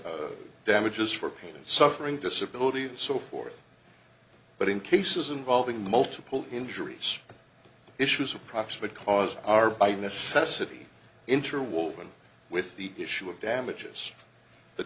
damages for pain and suffering disability and so forth but in cases involving multiple injuries issues of proximate cause are by necessity interwoven with the issue of damages the